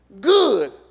good